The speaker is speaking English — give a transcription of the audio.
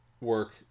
work